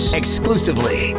exclusively